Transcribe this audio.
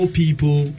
people